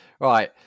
Right